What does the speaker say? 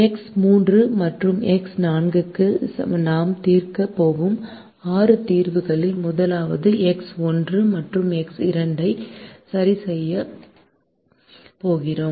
X 3 மற்றும் x 4 க்கு நாம் தீர்க்க போகும் ஆறு தீர்வுகளில் முதலாவது எக்ஸ் 1 மற்றும் எக்ஸ் 2 ஐ 0 இல் சரிசெய்யப் போகிறோம்